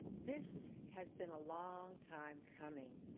this has been a long time coming.